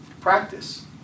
Practice